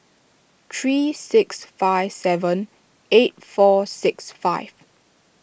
three six five seven eight four six five